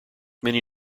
many